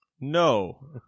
No